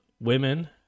women